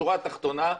בשורה התחתונה,